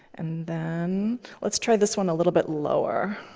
and then let's try this one a little bit lower.